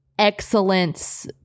excellence